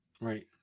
right